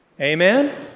Amen